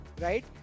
right